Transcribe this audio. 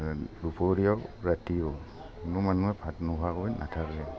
দুপৰীয়াও ৰাতিও কোনো মানুহে ভাত নোখোৱাকৈ নাথাকে